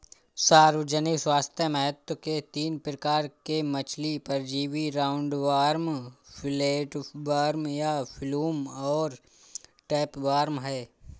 सार्वजनिक स्वास्थ्य महत्व के तीन प्रकार के मछली परजीवी राउंडवॉर्म, फ्लैटवर्म या फ्लूक और टैपवार्म है